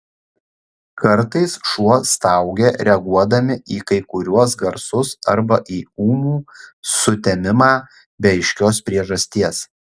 kartais šuo staugia reaguodami į kai kuriuos garsus arba į ūmų sutemimą be aiškios priežasties